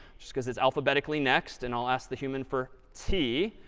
just because it's alphabetically next. and i'll ask the human for t.